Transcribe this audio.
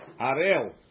Arel